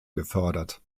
gefördert